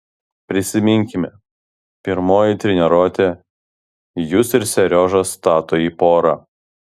prisiminkime pirmoji treniruotė jus ir seriožą stato į porą